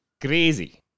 Crazy